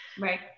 Right